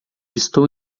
estou